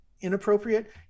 inappropriate